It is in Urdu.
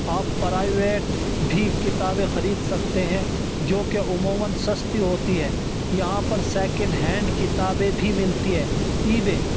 آپ پرائیویٹ بھی کتابیں خرید سکتے ہیں جوکہ عموماً سستی ہوتی ہیں یہاں پر سیکنڈ ہینڈ کتابیں بھی ملتی ہیں ایبے